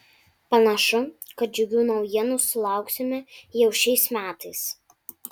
panašu kad džiugių naujienų sulauksime jau šiais metais